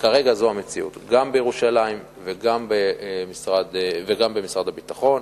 כרגע זו המציאות, גם בירושלים וגם במשרד הביטחון.